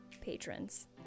patrons